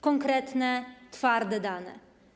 Konkretne, twarde dane.